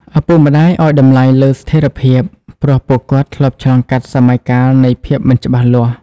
ឪពុកម្តាយឲ្យតម្លៃលើ "ស្ថិរភាព" ព្រោះពួកគាត់ធ្លាប់ឆ្លងកាត់សម័យកាលនៃភាពមិនច្បាស់លាស់។